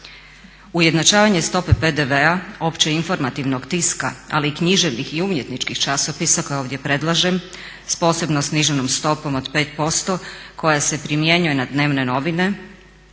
Ujednačavanje stope PDV-a, opće informativnog tiska, ali i književnih i umjetničkih časopisa koje ovdje predlažem s posebno sniženom stopom od 5% koja se primjenjuje na dnevne novine